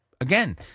Again